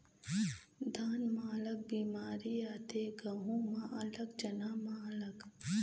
धान म अलग बेमारी आथे, गहूँ म अलग, चना म अलग